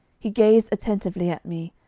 he gazed attentively at me,